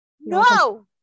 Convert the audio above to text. No